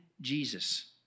Jesus